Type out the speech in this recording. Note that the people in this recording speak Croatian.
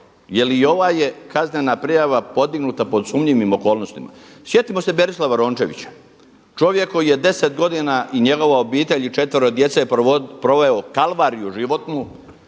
jel i ova je kaznena prijava podignuta pod sumnjivim okolnostima. Sjetimo se Berislava Rončevića, čovjek koji je 10 godina i njegova obitelj i četvero djece proveo kalvariju životnu